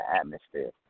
atmosphere